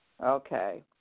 Okay